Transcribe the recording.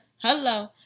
hello